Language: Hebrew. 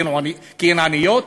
כי הן עניות.